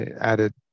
added